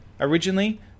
originally